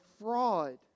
fraud